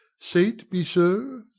say't be so?